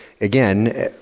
again